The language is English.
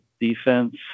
defense